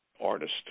artist